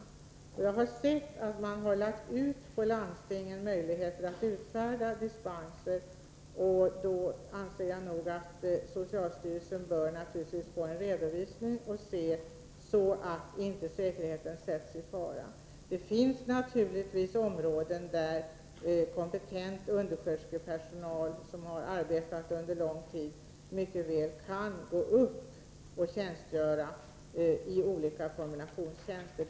Jag har sett att man gett landstingen möjligheter att utfärda dispenser. Jag anser då att socialstyrelsen naturligtvis bör få en redovisning, så att man kan se till att säkerheten inte sätts i fara. Det finns naturligtvis områden där kompetent undersköterskepersonal som har arbetat under lång tid mycket väl kan gå upp och tjänstgöra i olika kombinationstjänster.